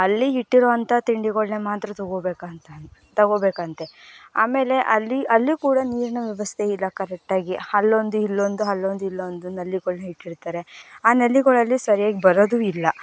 ಅಲ್ಲಿ ಇಟ್ಟಿರೊ ಅಂತ ತಿಂಡಿಗಳನ್ನು ಮಾತ್ರ ತಗೋಬೇಕು ಅಂತ ಅಂದು ತಗೋಬೇಕಂತೆ ಆಮೇಲೆ ಅಲ್ಲಿ ಅಲ್ಲಿ ಕೂಡ ನೀರಿನ ವ್ಯವಸ್ಥೆ ಇಲ್ಲ ಕರೆಟ್ಟಾಗಿ ಅಲ್ಲೊಂದು ಇಲ್ಲೊಂದು ಅಲ್ಲೊಂದು ಇಲ್ಲೊಂದು ನಲ್ಲಿಗಳ್ನ ಇಟ್ಟಿರ್ತಾರೆ ಆ ನಲ್ಲಿಗಳಲ್ಲಿ ಸರಿಯಾಗಿ ಬರೋದು ಇಲ್ಲ